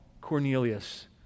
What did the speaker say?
Cornelius